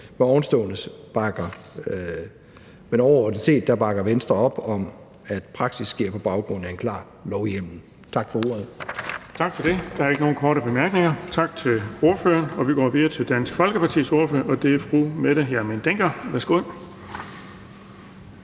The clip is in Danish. med lovforslaget. Men overordnet set bakker Venstre op om, at prasis sker på baggrund af en klar lovhjemmel. Tak for ordet. Kl. 11:35 Den fg. formand (Erling Bonnesen): Der er ikke nogen korte bemærkninger. Tak til ordføreren. Vi går videre til Dansk Folkepartis ordfører, og det er fru Mette Hjermind Dencker. Værsgo.